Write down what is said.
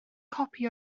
copi